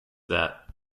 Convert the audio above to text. that